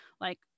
like-